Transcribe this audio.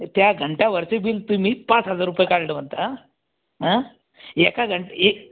त्या घंटाभरचं बिल तुम्ही पाच हजार रुपये काढलं म्हणता हा एका घंट एक